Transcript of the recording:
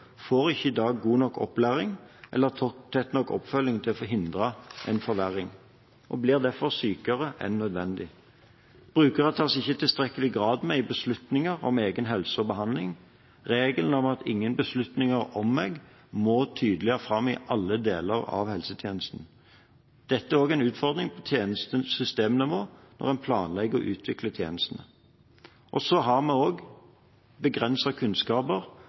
får ikke i dag god nok opplæring eller tett nok oppfølging for å forhindre en forverring, og blir derfor sykere enn nødvendig. Brukere tas ikke i tilstrekkelig grad med i beslutninger om egen helse og behandling. Regelen om at ingen beslutninger om meg, må tydeligere fram i alle deler av helsetjenesten. Dette er også en utfordring på systemnivå, der en planlegger og utvikler tjenesten. Så har vi også begrensede kunnskaper